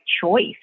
choice